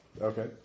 Okay